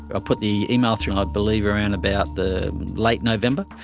ah put the email through, i believe around about the late november,